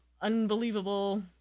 Unbelievable